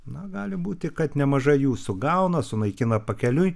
na gali būti kad nemaža jų sugauna sunaikina pakeliui